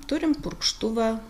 turim purkštuvą